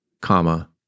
comma